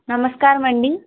నమస్కారమండి